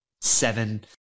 seven